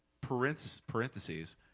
parentheses